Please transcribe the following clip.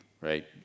right